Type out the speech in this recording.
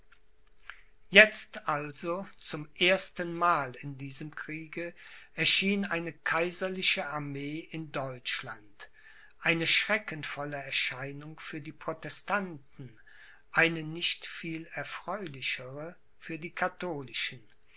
jetzt also zum erstenmal in diesem kriege erschien eine kaiserliche armee in deutschland eine schreckenvolle erscheinung für die protestanten eine nicht viel erfreulichere für die katholischen